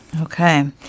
Okay